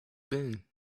been